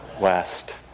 West